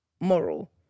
moral